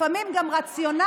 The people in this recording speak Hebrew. לפעמים גם רציונלית,